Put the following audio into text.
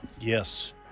Yes